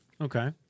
Okay